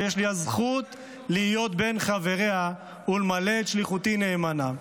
שיש לי הזכות להיות בין חבריה ולמלא את שליחותי נאמנה,